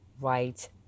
right